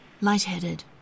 Lightheaded